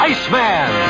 Iceman